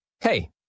Hey